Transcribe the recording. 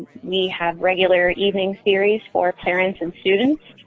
we have regular evening series for parents and students.